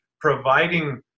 providing